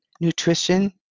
nutrition